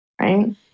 right